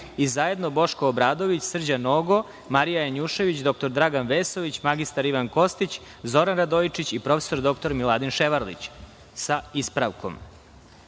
i zajedno Boško Obradović, Srđan Nogo, Marija Janjušević, dr Dragan Vesović, mr Ivan Kostić, Zoran Radojičić i prof. dr Miladin Ševarlić, sa ispravkom. Primili